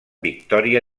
victòria